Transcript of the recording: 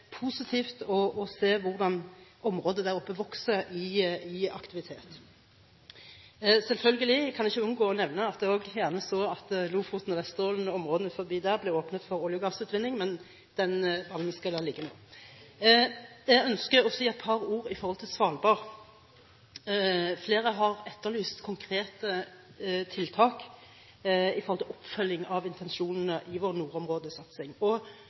å se hvordan aktiviteten i området der oppe vokser. Selvfølgelig – jeg kan ikke unngå å nevne at jeg også gjerne så at Lofoten og Vesterålen og områdene utenfor ble åpnet for olje- og gassutvinning, men den ballen skal jeg la ligge nå. Jeg ønsker å si et par ord om Svalbard. Flere har etterlyst konkrete tiltak når det gjelder oppfølging av intensjonene i vår nordområdesatsing.